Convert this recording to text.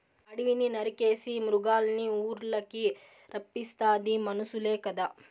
అడివిని నరికేసి మృగాల్నిఊర్లకి రప్పిస్తాది మనుసులే కదా